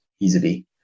easily